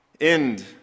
end